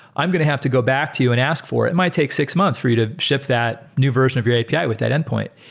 i'm going to have to go back to you and ask for it. it might take six months for you to ship that new version of your api with that endpoint.